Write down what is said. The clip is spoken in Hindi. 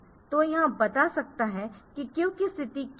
तो यह बता सकता है कि क्यू की स्थिति क्या है